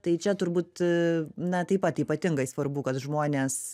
tai čia turbūt na taip pat ypatingai svarbu kad žmonės